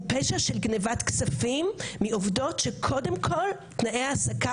הוא פשע של גניבת כספים מעובדות שקודם כל תנאי ההעסקה